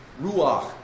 Ruach